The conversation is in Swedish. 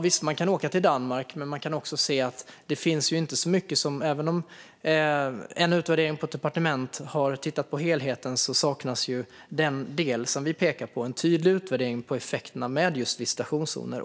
Visst kan man åka till Danmark, men även om en utvärdering på ett departement har tittat på helheten saknas den del vi pekar på, nämligen en tydlig utvärdering av effekterna av just visitationszoner.